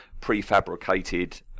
prefabricated